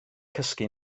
cysgu